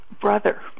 brother